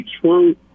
true